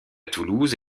toulouse